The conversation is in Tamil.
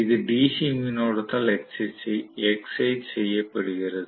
இது DC மின்னோட்டத்தால் எக்ஸைட் செய்யப்படுகிறது